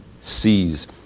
sees